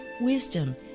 wisdom